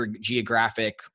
geographic